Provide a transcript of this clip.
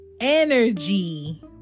energy